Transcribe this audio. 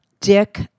dick